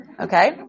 Okay